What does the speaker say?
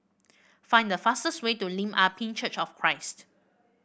find the fastest way to Lim Ah Pin Church of Christ